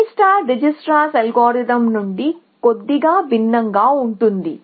A Dijkstra's algorithm నుండి కొద్దిగా భిన్నంగా ఉంటుంది